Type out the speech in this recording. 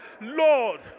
Lord